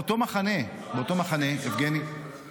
-- באותו מחנה --- אנשים צריכים לישון.